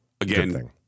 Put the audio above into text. Again